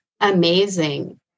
amazing